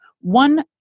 one